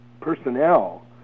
personnel